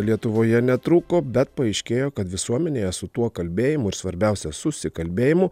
lietuvoje netrūko bet paaiškėjo kad visuomenėje su tuo kalbėjimu ir svarbiausia susikalbėjimu